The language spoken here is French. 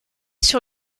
sur